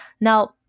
Now